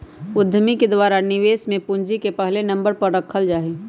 उद्यमि के द्वारा निवेश में पूंजी के पहले नम्बर पर रखल जा हई